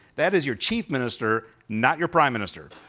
that is your chief minister, not your prime minister.